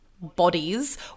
Bodies